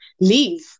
leave